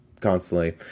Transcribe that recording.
constantly